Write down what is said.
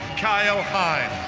kyle hines.